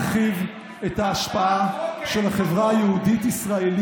גברתי היושבת-ראש,